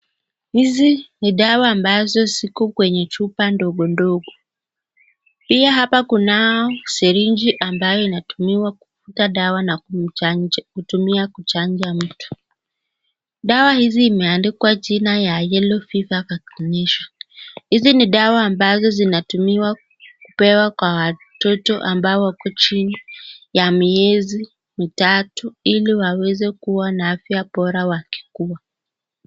Hizi ni dawa ambazo ziko kwenye chupa ndogondogo. Pia hapa kunao sirinji ambayo inatumiwa kufuta dawa na kumchanja kutumia kuchanja mtu. Dawa hizi imeandikwa jina ya Yellow Fever Vaccination . Hizi ni dawa ambazo zinatumiwa kupewa kwa watoto ambao wako chini ya miezi mitatu ili waweze kuwa na afya bora wakikua.